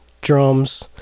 drums